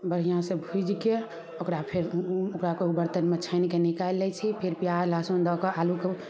बढ़िऑं से भुजिके ओकरा फेर ओकरा बरतनमे छानिके निकालि लै छी फेर पियाज लहसुन दऽ कऽ आलू